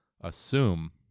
assume